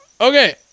okay